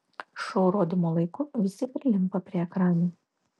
šou rodymo laiku visi prilimpa prie ekranų